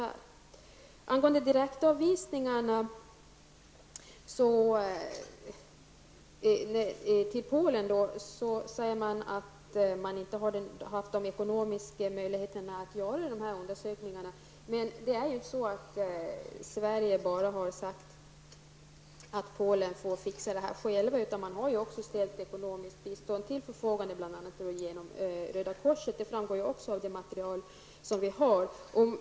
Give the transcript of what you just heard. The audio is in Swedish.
När det gäller direktavvisningarna till Polen sägs att man inte haft de ekonomiska möjligheterna att genomföra dessa undersökningar. Sverige har inte bara sagt att detta är något som Polen får ordna självt, utan ekonomiskt bistånd har också ställts till förfogande bl.a. genom Röda korset. Det framgår också av det material vi har.